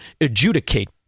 adjudicate